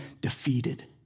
defeated